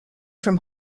from